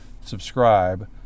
subscribe